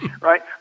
right